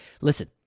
Listen